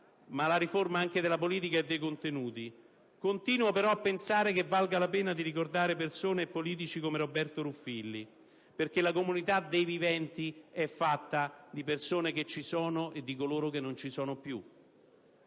alla riforma della politica e dei contenuti. Ma io continuo a pensare che valga la pena di ricordare persone e politici come Roberto Ruffilli, perché la comunità dei viventi è fatta di coloro che ci sono e di coloro che non ci sono più.